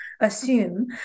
assume